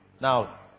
now